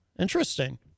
Interesting